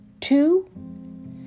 two